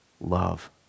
love